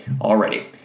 already